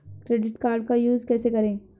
Credit card का use कैसे करें?